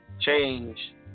change